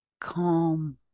calm